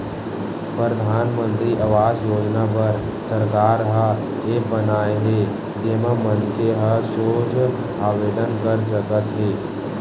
परधानमंतरी आवास योजना बर सरकार ह ऐप बनाए हे जेमा मनखे ह सोझ आवेदन कर सकत हे